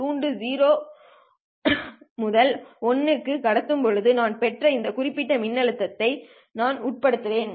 துண்டு 0 to t க்கு கடத்தும் போது நான் பெற்ற இந்த குறிப்பிட்ட மின்னழுத்தத்தை நான் உட்படுத்துவேன்